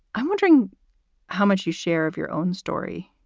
i'm wondering how much you share of your own story